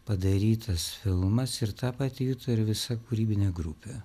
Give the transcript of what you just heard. padarytas filmas ir tą patį juto ir visa kūrybinė grupė